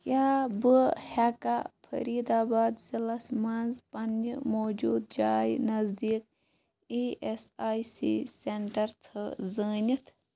کیٛاہ بہٕ ہیٚکھا فٔریٖد آباد ضلعس مَنٛز پنٕنہِ موٗجوٗدٕ جایہِ نٔزدیٖک E S I C centre ژھا زٲنِتھ